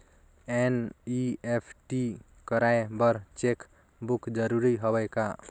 NEFT कराय बर cheque book जरूरी हवय का?